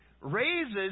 raises